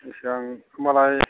होनबालाय